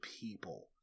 people